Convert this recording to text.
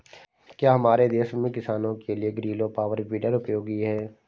क्या हमारे देश के किसानों के लिए ग्रीलो पावर वीडर उपयोगी है?